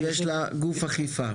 יש להם גוף אכיפה.